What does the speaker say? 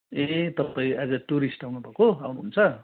ए तपाईँ आज टुरिस्ट आउनु भएको आउनु हुन्छ